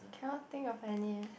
cannot think of any